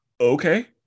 okay